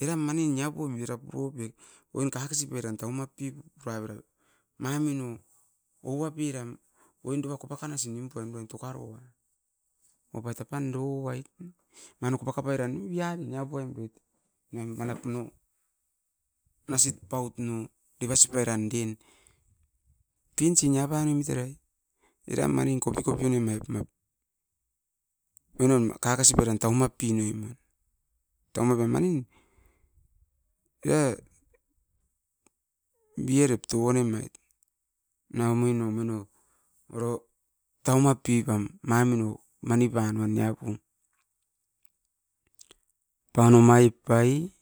plane puro nemait kakasi pairan oupam oin usimuan. Ma ne ma tatut dova tama kai makasi ukumait era mine tana pen oro tatatu puperoit. Oin kopa kapai ran ion bra nia punoim roit, oin nait devasi pai ran ami nanoim era oin devasi pairan tau map pipam ne osa puroimait. Apan omai pai.